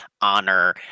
honor